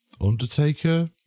undertaker